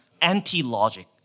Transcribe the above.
anti-logic